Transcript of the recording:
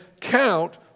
count